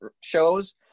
shows